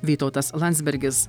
vytautas landsbergis